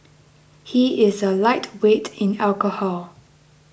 he is a lightweight in alcohol